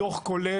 הדוח כולל